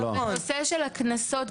גם בנושא של הקנסות,